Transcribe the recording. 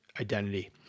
identity